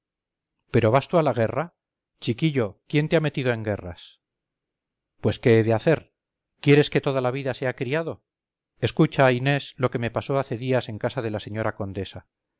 pero vas tú a la guerra chiquillo quién te ha metido en guerras pues qué he de hacer quieres que toda la vida sea criado escucha inés lo que me pasó hace días en casa de la señora condesa